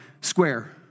square